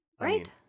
Right